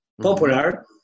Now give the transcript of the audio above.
popular